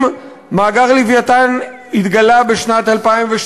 אם מאגר "לווייתן" התגלה בשנת 2012,